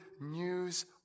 news